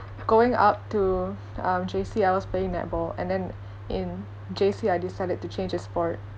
going up to um J_C I was playing netball and then in J_C I decided to change a sport